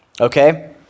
okay